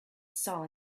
saw